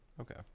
Okay